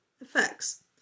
effects